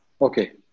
Okay